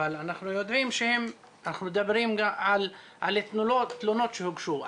אבל אנחנו מדברים גם על תלונות שהוגשו.